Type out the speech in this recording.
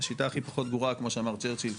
השיטה הכי פחות גרועה כמו שאמר צ'רצ'יל,